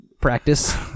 Practice